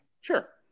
sure